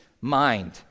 mind